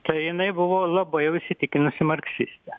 tai jinai buvo labai jau įsitikinusi marksistė